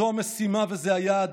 זו המשימה וזה היעד